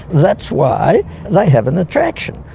that's why they have an attraction.